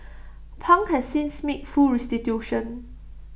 pang has since made full restitution